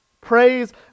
Praise